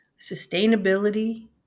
sustainability